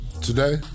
Today